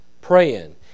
praying